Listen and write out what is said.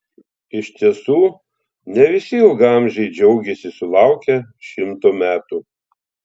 iš tiesų ne visi ilgaamžiai džiaugiasi sulaukę šimto metų